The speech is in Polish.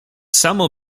samo